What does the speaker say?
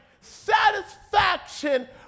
satisfaction